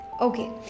Okay